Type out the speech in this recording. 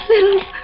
Little